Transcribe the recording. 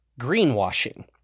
greenwashing